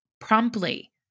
promptly